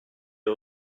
est